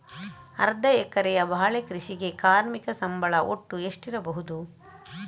ಅರ್ಧ ಎಕರೆಯ ಬಾಳೆ ಕೃಷಿಗೆ ಕಾರ್ಮಿಕ ಸಂಬಳ ಒಟ್ಟು ಎಷ್ಟಿರಬಹುದು?